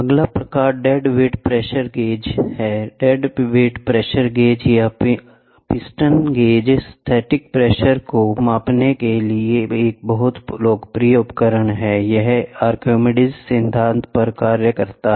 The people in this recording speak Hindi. अगला प्रकार डेड वेट प्रेशर गेज है डेड वेट प्रेशर गेज या पिस्टन गेज स्थैतिक प्रेशर को मापने के लिए एक बहुत लोकप्रिय उपकरण है यह आर्किमिडीज सिद्धांत पर काम करता है